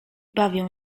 bawią